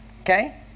Okay